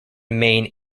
main